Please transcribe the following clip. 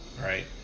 right